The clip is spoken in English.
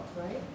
right